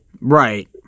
Right